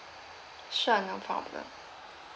sure no problem